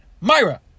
Myra